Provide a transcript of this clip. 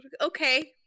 okay